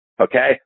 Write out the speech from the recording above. Okay